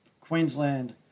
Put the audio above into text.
Queensland